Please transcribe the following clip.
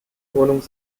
wohnung